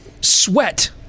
Sweat